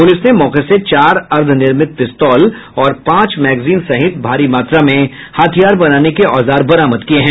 police ने मौके से चार अर्ध निर्मित पिस्तौल और पांच मैगजीन सहित भारी मात्रा में हथियार बनाने के औजार बरामद किए हैं